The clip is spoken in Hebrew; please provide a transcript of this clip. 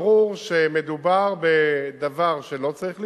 ברור שמדובר בדבר שלא צריך לקרות,